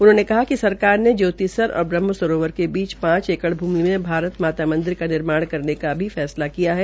उन्होंने कहा कि सरकार ज्योतिसर और ब्रह्मसरोवर के बीच पांच एकड़ भूमि में भारत माता मंदिर का निर्माण करने का भी फैसला किया है